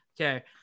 Okay